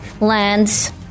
lands